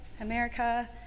America